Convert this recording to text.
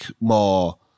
more